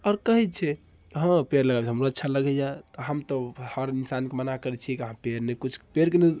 आओर कहैत छै हँ पेड़ लगाबैसँ हमरो अच्छा लगैए तऽ हम तऽ हर इन्सानके मना करैत छियै कि अहाँ पेड़ नहि किछु पेड़के नहि